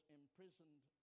imprisoned